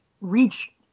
reach